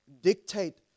Dictate